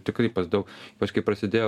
tikrai pas daug kažkaip prasidėjo